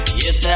yes